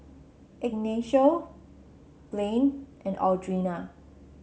Ignacio Blaine and Audrina